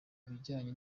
bijyanye